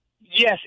Yes